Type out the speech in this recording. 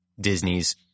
Disney's